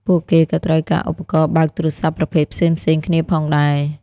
ពួកគេក៏ត្រូវការឧបករណ៍បើកទូរសព្ទប្រភេទផ្សេងៗគ្នាផងដែរ។